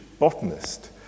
botanist